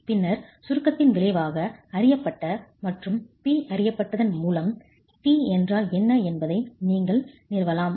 பின்னர் சுருக்கத்தின் விளைவாக அறியப்பட்ட மற்றும் P அறியப்பட்டதன் மூலம் T என்றால் என்ன என்பதை நீங்கள் நிறுவலாம்